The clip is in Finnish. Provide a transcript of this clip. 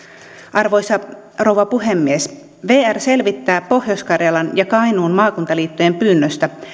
arvoisa rouva puhemies vr selvittää pohjois karjalan ja kainuun maakuntaliittojen pyynnöstä